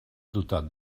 dotat